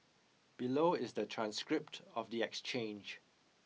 below is the transcript of the exchange